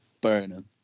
burning